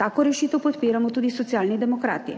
Tako rešitev podpiramo tudi Socialni demokrati.